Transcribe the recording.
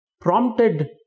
prompted